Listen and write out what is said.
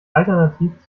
alternativ